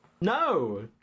No